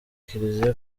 kiliziya